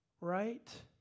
right